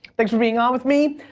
thanks for being on with me.